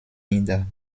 nieder